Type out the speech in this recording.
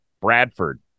Bradford